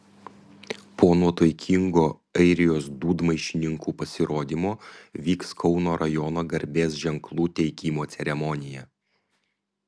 po nuotaikingo airijos dūdmaišininkų pasirodymo vyks kauno rajono garbės ženklų teikimo ceremonija